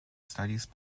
studies